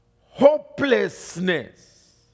Hopelessness